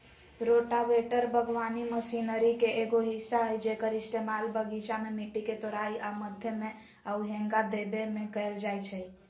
rotavator बगवानी machinery के एगो हिस्सा हई जेक्कर इस्तेमाल बगीचा में मिट्टी के तोराई आ मथे में आउ हेंगा देबे में कएल जाई छई